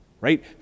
right